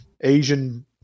Asian